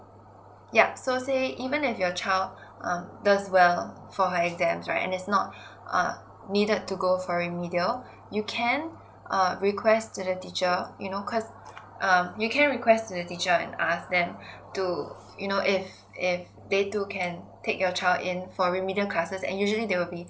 yup so say even if your child um does well for her exams right its not uh needed to go for remedial you can err request to the teacher you know cause um you can request to the teacher and ask them to you know if if they too can take your child in for remedial classes and usually they will be